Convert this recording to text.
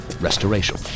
restoration